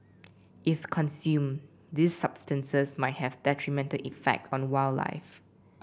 if consumed these substances might have detrimental effect on wildlife